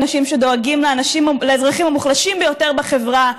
אנשים שדואגים לאזרחים המוחלשים ביותר בחברה,